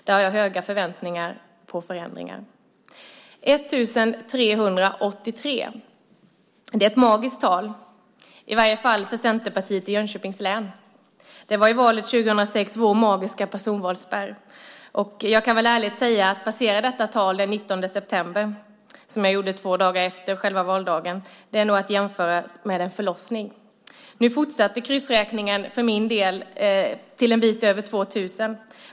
Där har jag höga förväntningar på förändringar. 1 383 är ett magiskt tal, i varje fall för Centerpartiet i Jönköpings län. Det var i valet 2006 vår magiska personvalsspärr. Att passera detta tal, som jag gjorde den 19 september, två dagar efter själva valdagen, är nog att jämföra med en förlossning. Det kan jag ärligt säga. Kryssräkningen fortsatte för min del till en bit över 2 000.